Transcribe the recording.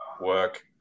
work